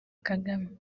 kagame